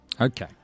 Okay